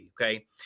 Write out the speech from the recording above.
Okay